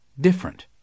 different